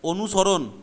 অনুসরণ